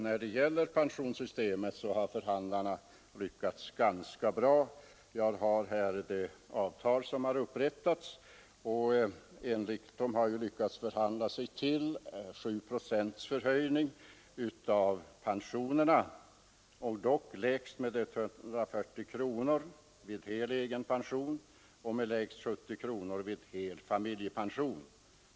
När det gäller pensionssystemet har förhandlarna lyckats ganska bra. Jag har här det avtal som är upprättat. De har lyckats förhandla sig till 7 procents förhöjning av pensionerna, dock lägst med 140 kronor vid hel egenpension och med lägst 70 kronor vid hel familjepension.